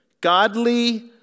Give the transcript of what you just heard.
godly